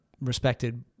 respected